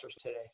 today